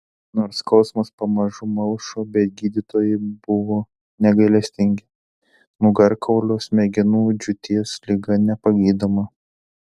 nors skausmas pamažu malšo bet gydytojai buvo negailestingi nugarkaulio smegenų džiūties liga nepagydoma